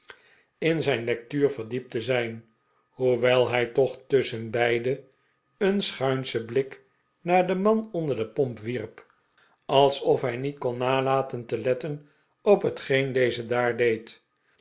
lectuur verdiept te zijn hoewel hij toch tusschenbeide een schuinschen blik naar den man onder de pomp wierp alsof hij niet kon nalaten te letten op hetgeen deze daar deed